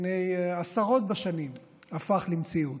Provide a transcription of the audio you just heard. לפני עשרות שנים הפך למציאות.